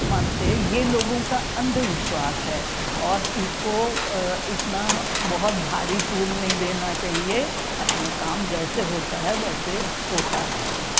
मनाते ये लोगों का अंधविश्वास है और इसको इतना बहुत भारी तुल नहीं देना चाहिए अपना काम जैसे होता है वैसे होता रहेगा